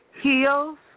Heels